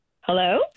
Hello